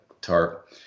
tarp